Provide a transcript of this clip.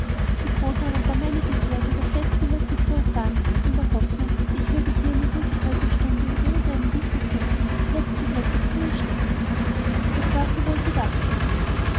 so groß aber war meine begierde das letzte über sie zu erfahren daß ich in der hoffnung ich würde hier eine ruhige halbe stunde in irgendeinem winkel finden die letzten blätter zu mir steckte das war sehr wohl bedacht von ihnen